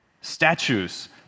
Statues